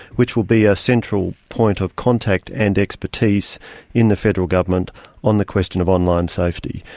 which will be a central point of contact and expertise in the federal government on the question of online safety.